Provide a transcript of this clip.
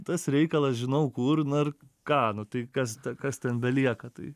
tas reikalas žinau kur nu ir ką nu tai kas ta kas ten belieka tai